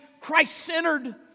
Christ-centered